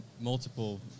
multiple –